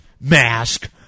mask